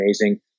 amazing